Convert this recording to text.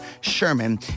Sherman